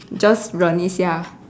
just 忍一下